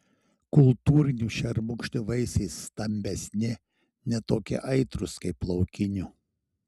kultūrinių šermukšnių vaisiai stambesni ne tokie aitrūs kaip laukinių